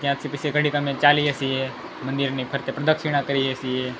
ત્યાંથી પછી ઘડીક અમે ચાલીએ છીએ મંદિરની ફરતે પ્રદક્ષિણા કરીએ છીએ